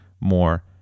more